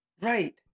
Right